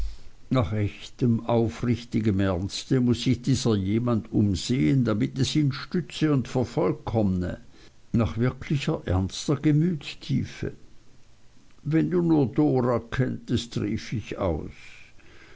nach echtem aufrichtigem ernst muß sich dieser jemand umsehen damit es ihn stütze und vervollkommne trot nach wirklicher ernster gemütstiefe wenn du nur dora kenntest rief ich aus